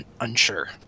unsure